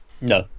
No